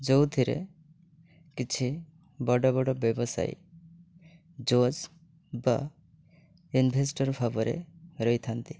ଯେଉଁଥିରେ କିଛି ବଡ଼ ବଡ଼ ବ୍ୟବସାୟୀ ଜର୍ଜ୍ ବା ଇନଭେଷ୍ଟର୍ ଭାବରେ ରହିଥାନ୍ତି